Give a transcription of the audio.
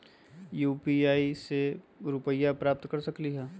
UPI से रुपए प्राप्त कर सकलीहल?